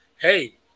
hey